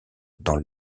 dans